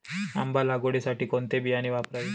आंबा लागवडीसाठी कोणते बियाणे वापरावे?